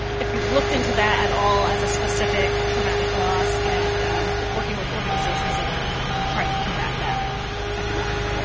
if you've looked into that at all as a specific traumatic loss and working with organizations that are trying to combat that epidemic.